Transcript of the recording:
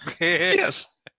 Yes